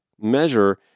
measure